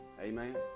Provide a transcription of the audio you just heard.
Amen